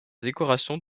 décoration